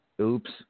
oops